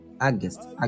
august